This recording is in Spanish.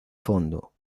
fondo